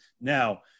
Now